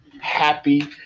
happy